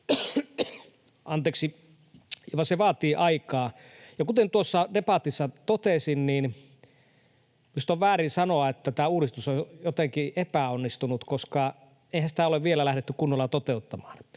kahdessa, vaan se vaatii aikaa. Kuten tuossa debatissa totesin, minusta on väärin sanoa, että tämä uudistus on jotenkin epäonnistunut, koska eihän sitä ole vielä lähdetty kunnolla toteuttamaan.